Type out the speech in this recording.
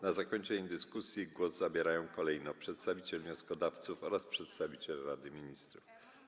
Na zakończenie dyskusji głos zabierają kolejno przedstawiciel wnioskodawców oraz przedstawiciel Rady Ministrów.